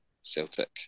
Celtic